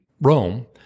Rome